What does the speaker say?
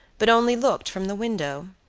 but only looked from the window?